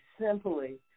simply